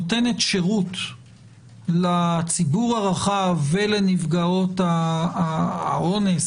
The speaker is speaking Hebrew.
נותנת שירות לציבור הרחב ולנפגעות האונס,